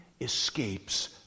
escapes